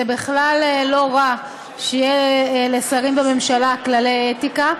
זה בכלל לא רע שיהיו לשרים בממשלה כללי אתיקה.